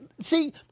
See